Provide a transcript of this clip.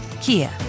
Kia